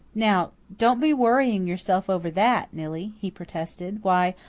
now don't be worrying yourself over that, nillie, he protested. why,